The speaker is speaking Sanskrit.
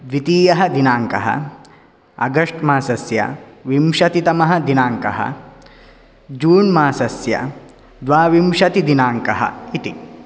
द्वितीयः दिनाङ्कः आगस्ट् मासस्य विंशतितमः दिनाङ्कः जून् मासस्य द्वाविंशतिदिनाङ्कः इति